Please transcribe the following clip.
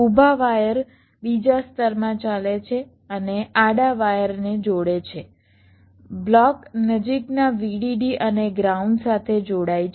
ઊભા વાયર બીજા સ્તરમાં ચાલે છે અને આડા વાયરને જોડે છે બ્લોક નજીકના VDD અને ગ્રાઉન્ડ સાથે જોડાય છે